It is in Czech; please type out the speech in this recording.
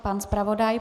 Pan zpravodaj.